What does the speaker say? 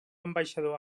ambaixador